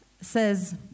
says